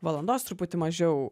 valandos truputį mažiau